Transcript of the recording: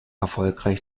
erfolgreich